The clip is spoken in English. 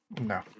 No